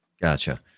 Gotcha